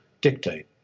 dictate